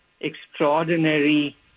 extraordinary